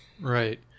Right